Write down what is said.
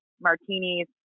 martinis